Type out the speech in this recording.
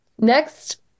Next